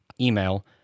email